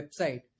website